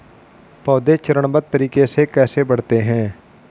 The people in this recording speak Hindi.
पौधे चरणबद्ध तरीके से कैसे बढ़ते हैं?